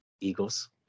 Eagles